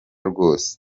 rwose